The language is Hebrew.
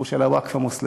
הוא של הווקף המוסלמי.